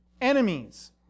enemies